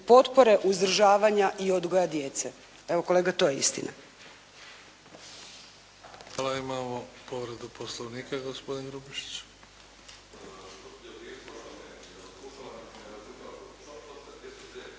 potpore, uzdržavanja i odgoja djece. Evo kolega, to je istina. **Bebić, Luka (HDZ)** Hvala. Imamo povredu Poslovnika, gospodin Grubišić.